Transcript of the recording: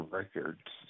records